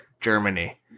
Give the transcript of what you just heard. Germany